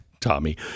Tommy